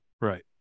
Right